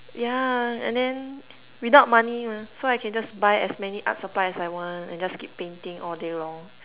yeah and then without money mah so I can just buy as many art supplies as I want and just keep painting all day long